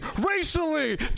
Racially